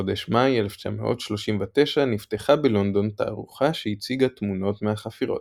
בחודש מאי 1939 נפתחה בלונדון תערוכה שהציגה תמונות מהחפירות.